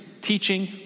teaching